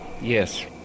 Yes